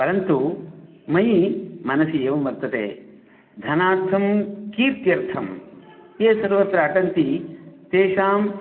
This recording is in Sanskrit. परन्तु मयि मनसि एवं वर्तते धनार्थं कीर्त्यर्थं ये सर्वत्र अटन्ति तेषां